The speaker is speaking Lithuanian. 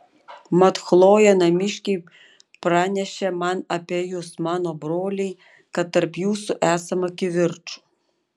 mat chlojė namiškiai pranešė man apie jus mano broliai kad tarp jūsų esama kivirčų